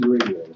Radio